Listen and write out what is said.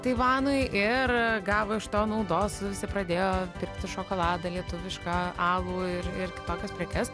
taivanui ir gavo iš to naudos visi pradėjo pirkti šokoladą lietuvišką alų ir ir kitokias prekes